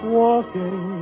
walking